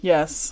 Yes